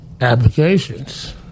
applications